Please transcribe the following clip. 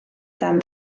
dan